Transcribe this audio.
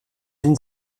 une